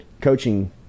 coaching